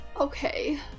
Okay